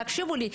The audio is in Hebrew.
תקשיבו לי,